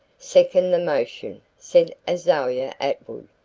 second the motion, said azalia atwood.